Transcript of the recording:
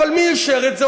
אבל מי אישר את זה,